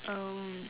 um